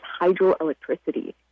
hydroelectricity